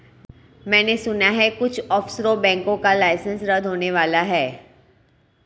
मैने सुना है कुछ ऑफशोर बैंकों का लाइसेंस रद्द होने वाला है